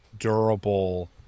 durable